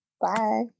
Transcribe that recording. bye